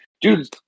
dude